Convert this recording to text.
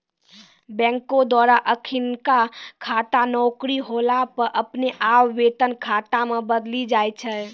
बैंको द्वारा अखिनका खाता नौकरी होला पे अपने आप वेतन खाता मे बदली जाय छै